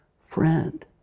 friend